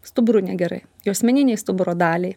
stuburui negerai juosmeninei stuburo daliai